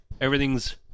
everything's